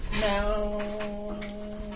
No